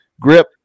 Grip